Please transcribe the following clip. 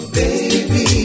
baby